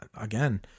again